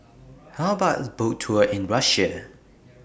How about A Boat Tour in Russia